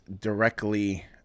directly